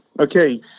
Okay